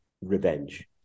revenge